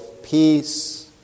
peace